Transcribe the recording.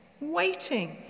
waiting